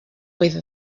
with